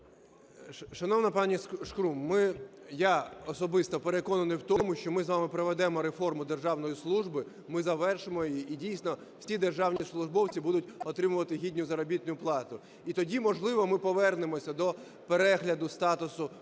Шановна пані Шкрум, ми, я особисто переконаний в тому, що ми з вами проведемо реформу державної служби, ми завершимо її і дійсно всі державні службовці будуть отримувати гідну заробітну плату. І тоді, можливо, ми повернемося до перегляду статусу